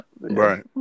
right